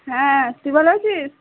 হ্যাঁ তুই ভালো আছিস